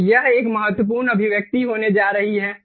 तो यह एक महत्वपूर्ण अभिव्यक्ति होने जा रही है